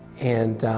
and